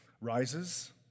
rises